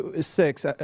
six